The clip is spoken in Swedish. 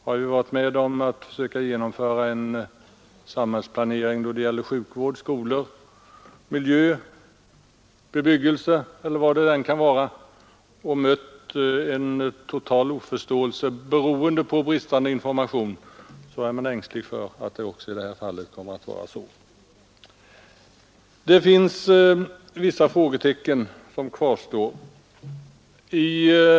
Den som har medverkat vid försök att praktiskt genomföra en samhällsplanering inom områden som sjukvård, skolor, miljö eller bebyggelse och som därvid mötts av en total oförståelse föranledd av bristande information känner en viss ängslan för att det också i detta fall skall bli på samma sätt. Vissa frågetecken kvarstår i detta sammanhang.